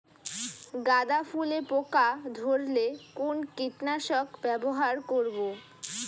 গাদা ফুলে পোকা ধরলে কোন কীটনাশক ব্যবহার করব?